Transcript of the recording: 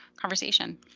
conversation